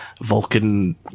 Vulcan